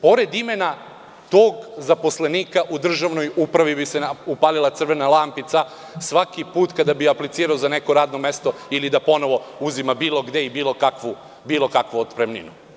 Pored imena tog zaposlenika u državnoj upravi bi se upalila crvena lampica svaki put kada bi aplicirao za neko radno mesto ili da ponovo uzima bilo gde i bilo kakvu otpremninu.